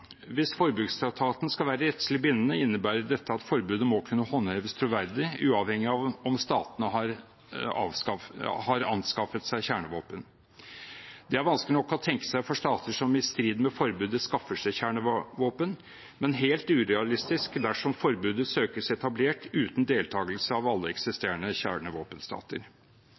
Hvis forbudstraktaten skal være rettslig bindende, innebærer dette at forbudet må kunne håndheves troverdig, uavhengig av om statene har anskaffet seg kjernevåpen eller ikke. Det er vanskelig nok å tenke seg for stater som i strid med forbudet skaffer seg kjernevåpen, men helt urealistisk dersom forbudet søkes etablert uten deltagelse av alle eksisterende kjernevåpenstater.